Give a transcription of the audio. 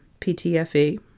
PTFE